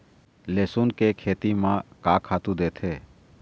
लेसुन के खेती म का खातू देथे?